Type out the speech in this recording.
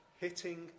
hitting